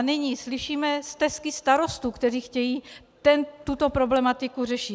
Nyní slyšíme stesky starostů, kteří chtějí tuto problematiku řešit.